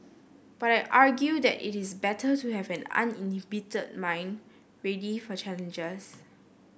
but I argue that it is better to have an uninhibited mind ready for challenges